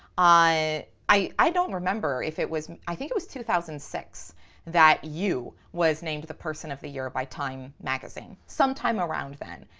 i i don't remember if it was, i think it was two thousand and six that you was named the person of the year by time magazine, sometime around then.